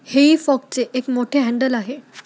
हेई फॉकचे एक मोठे हँडल आहे